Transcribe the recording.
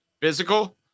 Physical